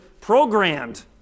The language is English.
programmed